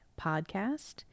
Podcast